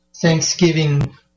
Thanksgiving